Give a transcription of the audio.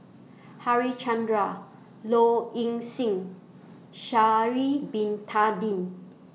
Harichandra Low Ing Sing and Sha'Ari Bin Tadin